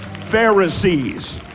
Pharisees